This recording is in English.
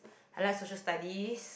I like Social Studies